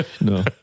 No